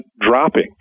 dropping